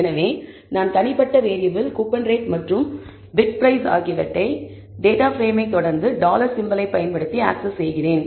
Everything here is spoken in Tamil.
எனவே நான் தனிப்பட்ட வேரியபிள் கூப்பன் ரேட் மற்றும் பிட் பிரைஸ் ஆகியவற்றை டேட்டா பிரேமை தொடர்ந்து டாலர்dollar சிம்பலை பயன்படுத்தி அக்சஸ் செய்கிறேன்